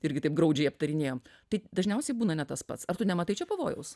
irgi taip graudžiai aptarinėjom tai dažniausiai būna ne tas pats ar tu nematai čia pavojaus